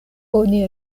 oni